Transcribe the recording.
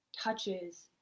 touches